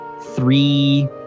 three